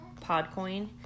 PodCoin